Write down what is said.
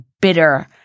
bitter